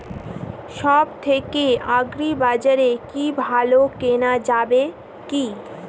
সব থেকে আগ্রিবাজারে কি ভালো কেনা যাবে কি?